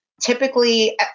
typically